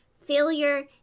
failure